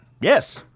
yes